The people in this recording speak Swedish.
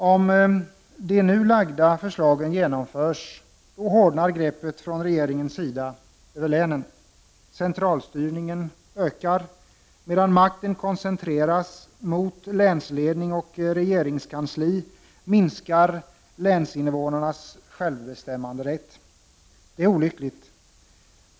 Om de nu framlagda förslagen genomförs hårdnar greppet från regeringens sida över länen. Centralstyrningen ökar. Medan makten koncentreras till länsledning och regeringskansli minskar länsinvånarnas självbestämmanderätt. Det är olyckligt.